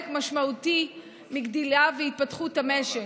משמעותי מהגדילה וההתפתחות של המשק.